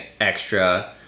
extra